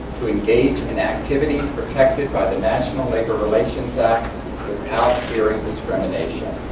to engage in activities protected by the national labor relations act without fearing discrimination.